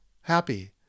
happy